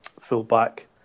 full-back